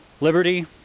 liberty